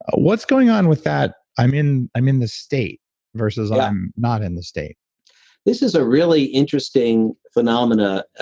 what's going on with that? i'm in i'm in the state versus i'm not in the state this is a really interesting phenomena,